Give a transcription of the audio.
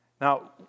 Now